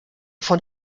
von